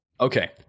Okay